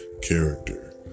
character